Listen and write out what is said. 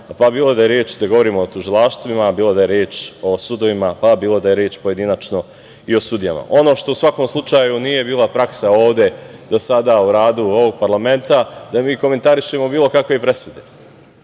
bilo da je reč kada govorimo o tužilaštvima, bilo da je reč u sudovima, bilo da je reč pojedinačno i o sudovima. Ono što u svakom slučaju nije bila praksa ovde do sada u radu ovog parlamenta je da mi komentarišemo bilo kakve presude.